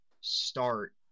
start